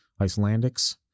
Icelandics